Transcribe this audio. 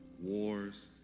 Wars